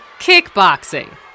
kickboxing